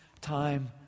time